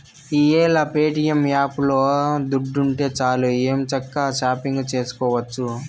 ఈ యేల ప్యేటియం యాపులో దుడ్డుంటే సాలు ఎంచక్కా షాపింగు సేసుకోవచ్చు